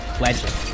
legend